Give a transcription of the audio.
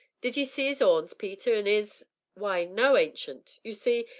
did ye see is orns, peter, an' is why, no, ancient you see,